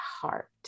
heart